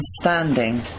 standing